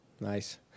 Nice